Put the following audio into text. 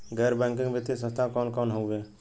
गैर बैकिंग वित्तीय संस्थान कौन कौन हउवे?